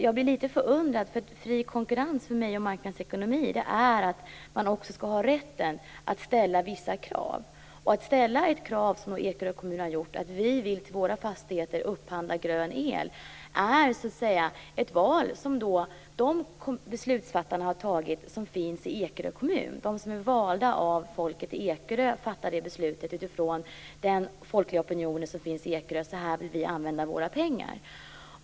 Jag blir litet förundrad, ty för mig är fri konkurrens och marknadsekonomi att man också har rätten att ställa vissa krav. Att ställa kravet, såsom Ekerö kommun har gjort, att till sina fastigheter få upphandla grön el är ett val som beslutsfattarna i Ekerö kommun har gjort. De som är valda av folket på Ekerö har fattat detta beslut utifrån den folkliga opinion som finns på Ekerö: Så här vill vi använda våra pengar.